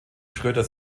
schröder